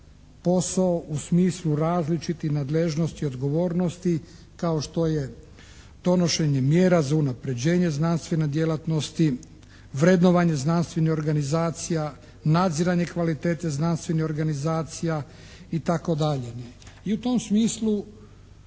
posao u smislu različitih nadležnosti i odgovornosti kao što je donošenje mjera za unaprjeđenje znanstvene djelatnosti, vrednovanje znanstvenih organizacija, nadziranje kvalitete znanstvenih organizacija, itd. I u tom smislu